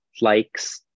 likes